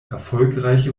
erfolgreiche